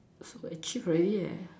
achieve already leh